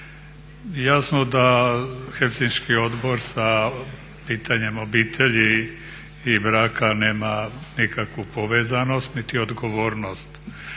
Jasno da Helsinški odbor sa pitanjem obitelji i braka nema nikakvu povezanost niti odgovornost,